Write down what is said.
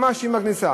ממש עם הכניסה.